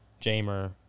Jamer